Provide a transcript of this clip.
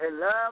love